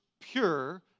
pure